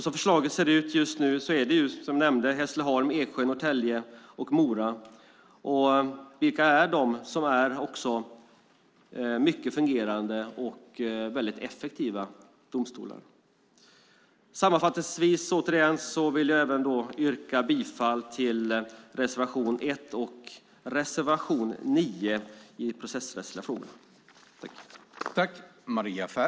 Som förslaget just nu ser ut gäller det, som jag nämnt, Hässleholm, Eksjö, Norrtälje och Mora - alla väl fungerande och väldigt effektiva domstolar. Återigen yrkar jag bifall till reservationerna 1 och 9 i justitieutskottets betänkande Processrättsliga frågor .